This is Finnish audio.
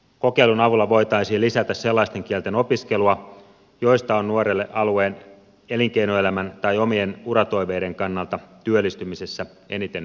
kokeilun avulla voitaisiin lisätä sellaisten kielten opiskelua joista on nuorelle alueen elinkeinoelämän tai omien uratoiveiden kannalta työllistymisessä eniten hyötyä